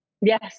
Yes